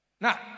now